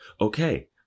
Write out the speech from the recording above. okay